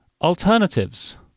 Alternatives